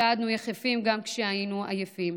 צעדנו יחפים גם כשהיינו עייפים,